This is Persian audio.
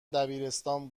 دبیرستان